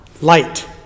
light